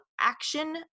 action